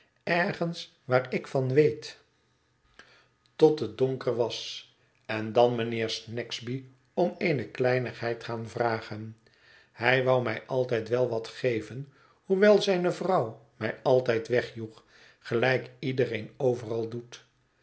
ergens waar ik van weet tot het donker was en dan mijnheer snagsby om eene kleinigheid gaan vragen hij wou mij altijd wel wat geven hoewel zijne vrouw mij altijd wegjoeg gelijk iedereen overal doet